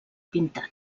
pintat